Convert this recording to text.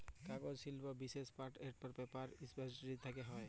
কাগজ শিল্প বিশেষ পাল্প এল্ড পেপার ইলডাসটিরি থ্যাকে হ্যয়